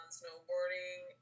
snowboarding